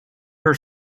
her